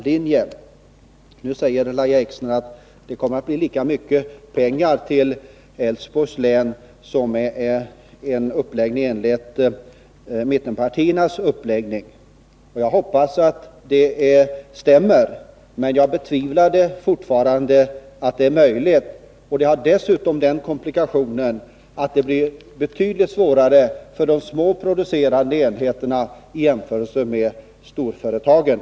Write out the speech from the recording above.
Lahja Exner säger att det kommer att bli lika mycket pengar till Älvsborgs län med det föreliggande förslaget som det skulle bli med den uppläggning mittenpartierna föreslår. Jag hoppas att det stämmer, men jag betvivlar fortfarande att det är möjligt. Dessutom finns komplikationen att de små producerande enheterna får det betydligt svårare än storföretagen.